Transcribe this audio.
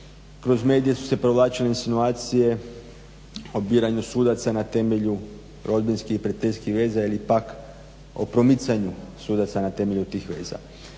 Kroz medije su se provlačile insinuacije o biranju sudaca na temelju rodbinskih i prijateljskih veza ili pak o promicanju sudaca na temelju tih veza.